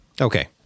Okay